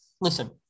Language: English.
listen